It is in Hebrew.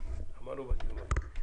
שוב.